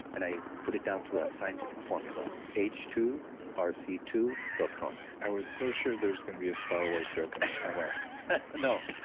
and i put it down to a scientific formula h two r c two dot com i was so sure there's going to be a star wars joke in there somewhere no